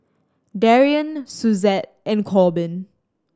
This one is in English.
Darion Suzette and Corbin